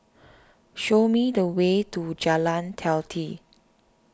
show me the way to Jalan Teliti